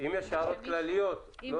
אם יש הערות כלליות, בבקשה.